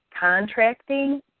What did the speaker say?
contracting